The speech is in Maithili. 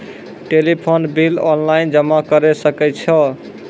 टेलीफोन बिल ऑनलाइन जमा करै सकै छौ?